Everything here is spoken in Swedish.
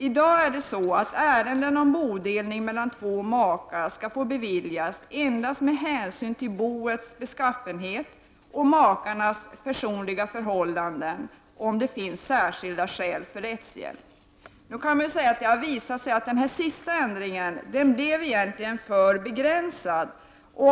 I dag är det så att rättshjälp när det gäller bodelning mellan två makar skall beviljas endast om det finns särskilda skäl för detta med hänsyn till boets beskaffenhet och makarnas personliga förhållanden. Den här sista ändringen blev egentligen alltför begränsad.